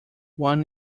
one